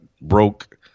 broke –